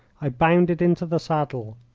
i bounded into the saddle.